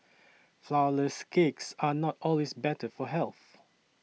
Flourless Cakes are not always better for health